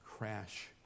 Crash